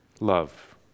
love